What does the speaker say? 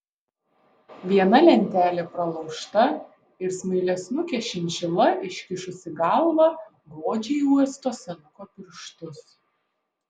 viena lentelė pralaužta ir smailiasnukė šinšila iškišusi galvą godžiai uosto senuko pirštus